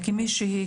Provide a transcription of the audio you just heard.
כמישהי,